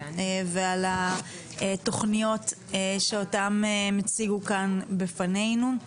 ועל התכניות שאותן הם הציגו כאן בפנינו.